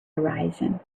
horizon